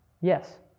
Yes